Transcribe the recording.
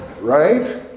right